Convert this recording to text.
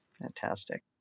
fantastic